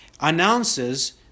announces